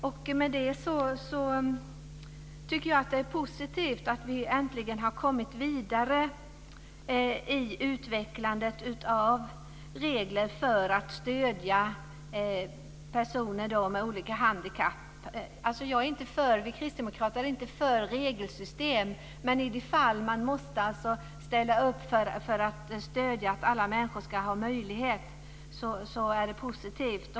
Efter det vill jag säga att jag tycker att det är positivt att vi äntligen har kommit vidare i utvecklandet av regler för att stödja personer med olika handikapp. Vi kristdemokrater är inte för regelsystem, men i de fall då man måste ställa upp för att stödja att alla människor ska ha möjlighet är det positivt.